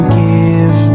give